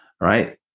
right